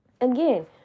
Again